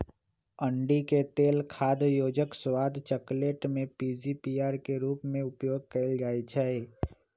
अंडिके तेल खाद्य योजक, स्वाद, चकलेट में पीजीपीआर के रूप में उपयोग कएल जाइछइ